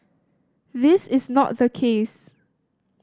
this is not the case